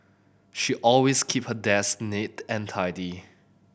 she always keep her desk neat and tidy